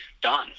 done